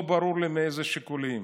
לא ברור לי מאיזה שיקולים.